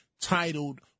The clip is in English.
titled